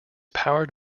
powered